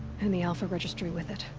and the alpha registry with it.